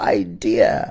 idea